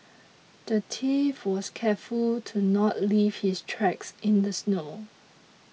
the thief was careful to not leave his tracks in the snow